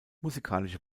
musikalische